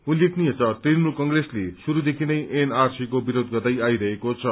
उल्लेखनीय छ तृणमूल कंग्रेसले शुस्देखि नै एनआरसीको विरोध गर्दै आइरहेको छ